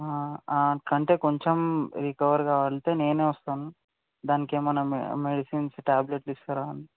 అంటే కొంచెం రికవర్ కాగలుగుతే నేను వస్తాను దానికి ఏమన్న మె మెడిసిన్స్ ట్యాబ్లెట్లు ఇస్తారా అని